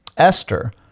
esther